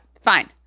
Fine